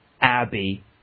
Abby